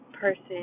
person